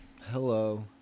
Hello